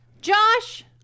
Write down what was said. Josh